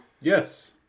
Yes